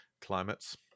climates